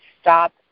stop